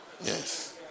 yes